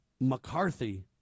McCarthy